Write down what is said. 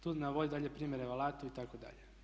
Tu navodi dalje primjere o alatu itd.